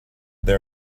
there